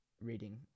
reading